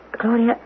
Claudia